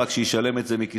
רק שישלם את זה מכיסו,